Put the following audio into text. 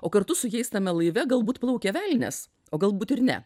o kartu su jais tame laive galbūt plaukia velnias o galbūt ir ne